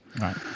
Right